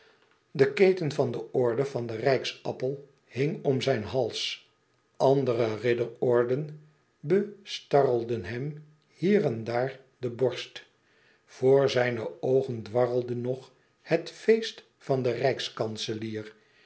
de keten van de orde van den rijksappel hing om zijn hals andere ridderorden bestarrelden hem hier en daar de borst voor zijne oogen dwarrelde nog het feest van den